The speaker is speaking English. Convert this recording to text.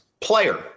player